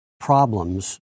problems